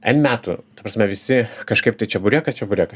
n metų ta prasme visi kažkaip tai čeburėkas čeburėkas